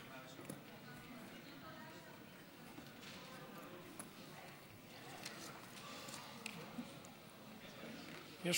יש